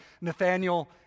Nathaniel